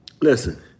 listen